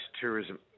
tourism